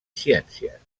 ciències